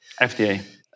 FDA